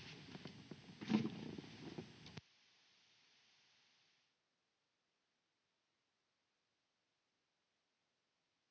Kiitos.